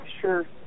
sure